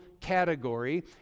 category